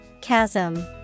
Chasm